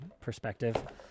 perspective